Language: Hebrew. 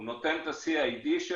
הוא נותן את ה-CID שלו,